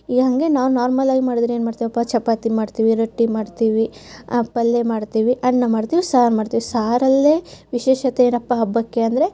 ಈಗ ಹಾಗೆ ನಾವು ನಾರ್ಮಲ್ ಆಗ್ ಮಾಡಿದ್ರೆ ಏನು ಮಾಡ್ತೇವಪ್ಪ ಚಪಾತಿ ಮಾಡ್ತೀವಿ ರೊಟ್ಟಿ ಮಾಡ್ತೀವಿ ಪಲ್ಯ ಮಾಡ್ತೀವಿ ಅನ್ನ ಮಾಡ್ತೀವಿ ಸಾರು ಮಾಡ್ತೀವಿ ಸಾರಲ್ಲೇ ವಿಶೇಷತೆ ಏನಪ್ಪಾ ಹಬ್ಬಕ್ಕೆ ಅಂದರೆ